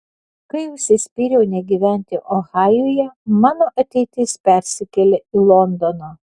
kai užsispyriau negyventi ohajuje mano ateitis persikėlė į londoną